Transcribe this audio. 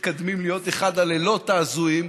שמתקדמים להיות אחד הלילות ההזויים,